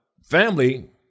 family